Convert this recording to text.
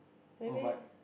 maybe